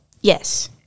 Yes